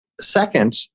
Second